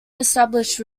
established